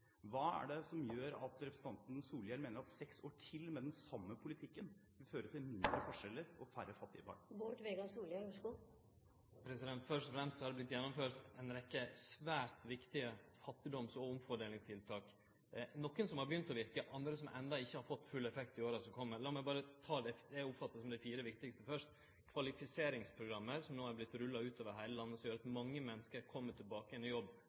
er det som gjør at representanten Solhjell mener at seks år til med den samme politikken vil føre til mindre forskjeller og færre fattige barn? Først og fremst har det vorte gjennomført ei rekkje svært viktige fattigdoms- og omfordelingstiltak. Nokre har begynt å verke, andre har enno ikkje fått full effekt, men får det i åra som kjem. Lat meg berre ta dei som eg oppfattar som dei fire viktigaste først: Kvalifiseringsprogrammet, som no har vorte rulla utover heile landet, som gjer at mange menneske kjem tilbake i jobb